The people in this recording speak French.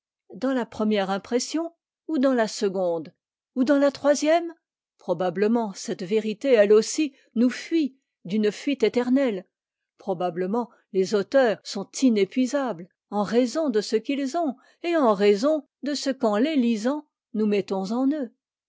dans la première impression ou dans la seconde ou dans la troisième probablement cette vérité elle aussi nous fuit d'une fuite éternelle probablement les auteurs sont inépuisables en raison de ce qu'ils ont et en raison de ce qu'en les lisant nous mettons en eux